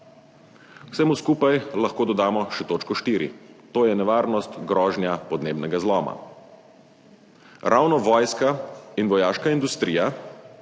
Vsemu skupaj lahko dodamo še točko štiri, to je nevarnost, grožnja podnebnega zloma. Ravno vojska in vojaška industrija